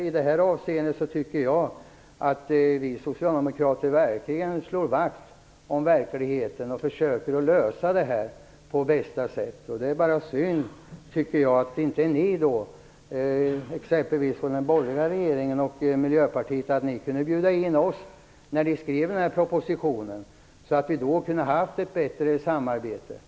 I detta avseende tycker jag att vi socialdemokrater slår vakt om verkligheten och försöker lösa detta på bästa sätt. Det är bara synd att den borgerliga regeringen inte kunde bjuda in oss när ni skrev propositionen, så att vi kunde ha haft ett bättre samarbete.